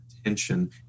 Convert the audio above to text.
attention